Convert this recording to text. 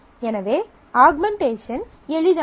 எனவே ஆகுமெண்டஷன் எளிதானது